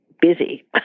busy